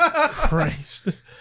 Christ